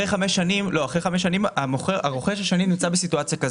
אחרי חמש שנים הרוכש השני נמצא בסיטואציה לפיה